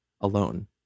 alone